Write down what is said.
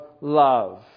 love